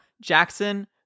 Jackson